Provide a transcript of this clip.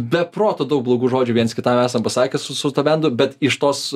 be proto daug blogų žodžių viens kitam esam pasakę su su to bendu bet iš tos